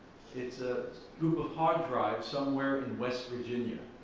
it's a google hard drive somewhere in west virginia.